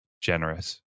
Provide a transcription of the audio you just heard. generous